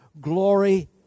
glory